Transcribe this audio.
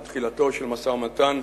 או תחילתו של משא-ומתן,